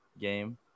game